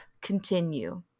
continue